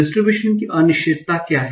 distribution की अनिश्चितता क्या है